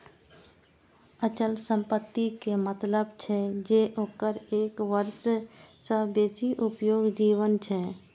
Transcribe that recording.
अचल संपत्ति के मतलब छै जे ओकर एक वर्ष सं बेसी उपयोगी जीवन छै